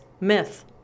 myth